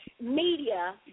media